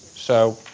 so